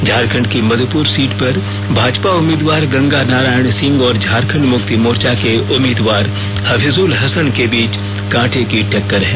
झारखंड की मध्रपुर सीट पर भाजपा उम्मीदवार गंगानारायण सिंह और झारखंड मुक्ति मोर्चा के उम्मीदवार हफीजुल हसन के बीच कांटे की टक्कर है